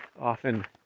Often